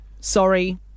Sorry